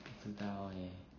不知道 eh